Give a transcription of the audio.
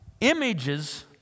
images